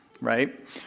right